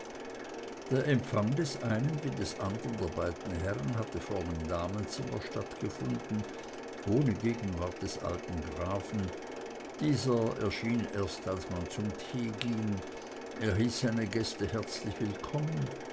der empfang des einen wie des andern der beiden herren hatte vorn im damenzimmer stattgefunden ohne gegenwart des alten grafen dieser erschien erst als man zum tee ging er hieß seine gäste herzlich willkommen